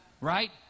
Right